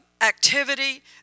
activity